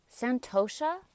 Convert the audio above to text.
Santosha